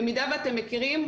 במידה ואתם מכירי,